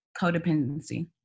codependency